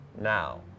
now